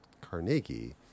Carnegie